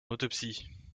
autopsie